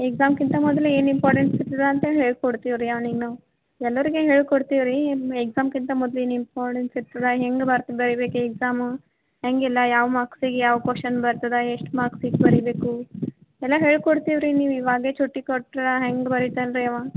ಎಕ್ಸಾಮ್ಗಿಂತ ಮೊದ್ಲು ಏನು ಇಂಪೋರ್ಟೆಂಟ್ ಇರ್ತದೆ ಅಂತ ಹೇಳ್ಕೊಡ್ತಿವಿ ರೀ ಅವ್ನಿಗೆ ನಾವು ಎಲ್ಲರಿಗೂ ಹೇಳ್ಕೊಡ್ತಿವಿ ರೀ ಎಕ್ಸಾಮ್ಗಿಂತ ಮೊದ್ಲು ಏನು ಇಂಪೋರ್ಟೆಂಟ್ಸ್ ಇರ್ತದೆ ಹೆಂಗೆ ಬರ್ತ್ ಬರಿಬೇಕು ಎಕ್ಸಾಮು ಹೇಗೆಲ್ಲ ಯಾವ ಮಾರ್ಕ್ಸಿಗೆ ಯಾವ ಕ್ವೆಶನ್ ಬರ್ತದೆ ಎಷ್ಟು ಮಾರ್ಕ್ಸಿಗೆ ಬರಿಬೇಕು ಎಲ್ಲ ಹೇಳ್ಕೊಡ್ತಿವಿ ರೀ ನೀವು ಇವಾಗ್ಲೇ ಛುಟ್ಟಿ ಕೊಟ್ರೆ ಹೆಂಗೆ ಬರಿತಾನೆ ರೀ ಅವ